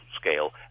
scale